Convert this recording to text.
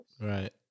Right